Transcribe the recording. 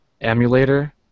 emulator